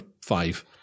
five